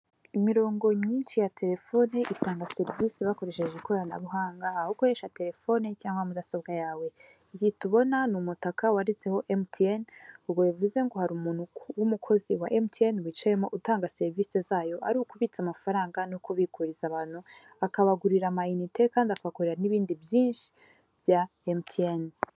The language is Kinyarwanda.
Imirongo myinshi ya telefoni itanga serivisi bakoresheje ikoranabuhanga, aho ukoresha telefoni cyangwa mudasobwa yawe, iyi tubona ni umutaka wanditseho mtn ubwo bivuze ngo hari umuntu w'umukozi wa mtn wicayemo utanga serivisi zayo ari ukubitsa amafaranga no kubiguriza abantu akabagurira amayinite kandi akabakorera n'ibindi byinshi bya mtn.